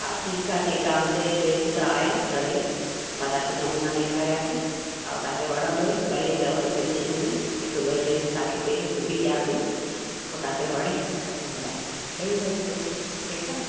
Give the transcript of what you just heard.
हा ठीकु आहे ठीकु आहे मुंहिंजे ड्रेसूं त आहिनि घणेई मां तव्हांखे पोइ हुनमां ॾेखारियां थी ऐं तांखे वणंदो ई पहले चओ त फिनीशींग में हिकु ॿ ड्रेस तव्हांखे पहिरीं सुबी ॾियां थी पोइ तव्हांखे वणे त पोइ ॿिया ॾेई वञिजो ठीकु आहे